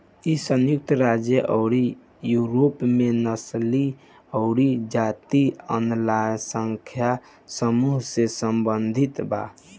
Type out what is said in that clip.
इ संयुक्त राज्य अउरी यूरोप में नस्लीय अउरी जातीय अल्पसंख्यक समूह से सम्बंधित बा